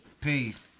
Peace